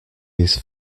his